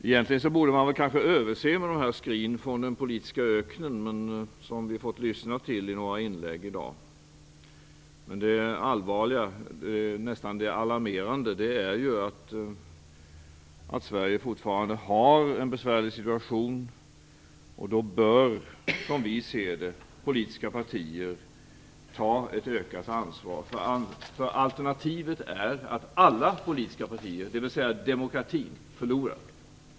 Egentligen borde man kanske överse med de skri från den politiska öknen som vi har fått lyssna till i några inlägg i dag, men det allvarliga - ja, nästan alarmerande - är ju att Sverige fortfarande har en besvärlig situation. Då bör, som vi ser det, politiska partier ta ett ökat ansvar. Alternativet är att alla politiska partier, dvs. demokratin, förlorar.